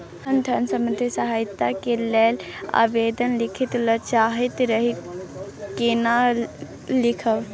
हम धन संबंधी सहायता के लैल आवेदन लिखय ल चाहैत रही केना लिखब?